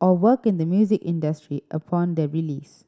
or work in the music industry upon their release